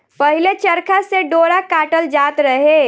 पहिले चरखा से डोरा काटल जात रहे